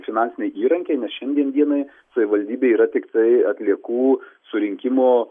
finansiniai įrankiai nes šiandien dienai savivaldybė yra tiktai atliekų surinkimo